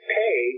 pay